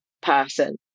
person